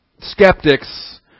skeptics